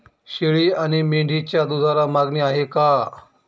शेळी आणि मेंढीच्या दूधाला मागणी आहे का?